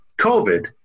COVID